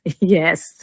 yes